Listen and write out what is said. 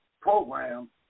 program